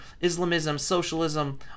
Islamism-Socialism